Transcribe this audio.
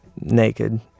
naked